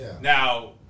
Now